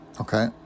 Okay